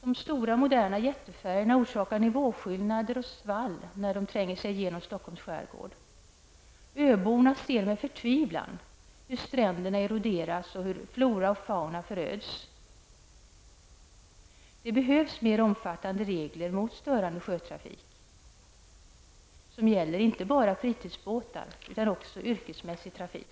De stora moderna jättefärjorna orsakar nivåskillnader och svall, när de tränger sig genom Stockholms skärgård. Öborna ser med förtvivlan hur stränderna eroderas och hur flora och fauna föröds. Det behövs mer omfattande regler mot störande sjötrafik, regler som gäller inte bara fritidsbåtar utan även yrkesmässig trafik.